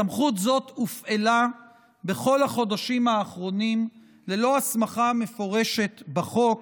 סמכות זאת הופעלה בכל החודשים האחרונים ללא הסמכה מפורשת בחוק,